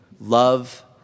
love